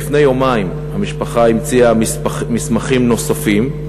לפני יומיים המשפחה המציאה מסמכים נוספים,